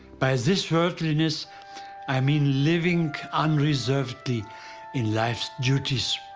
by this-worldliness i mean living unreservedly in life's duties,